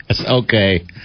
Okay